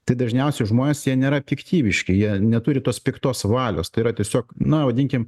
tai dažniausiai žmonės jie nėra piktybiški jie neturi tos piktos valios tai yra tiesiog na vadinkim